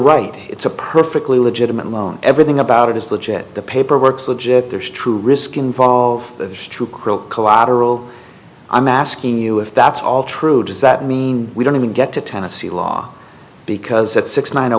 right it's a perfectly legitimate loan everything about it is legit the paperwork's legit there's true risk involved as to cruel collateral i'm asking you if that's all true does that mean we don't even get to tennessee law because at six nine